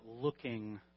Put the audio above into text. looking